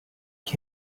ich